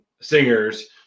singers